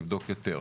לבדוק יותר.